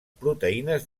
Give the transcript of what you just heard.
proteïnes